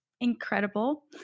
incredible